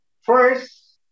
first